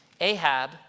Ahab